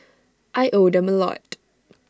I owe them A lot